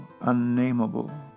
unnameable